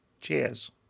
Cheers